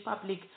public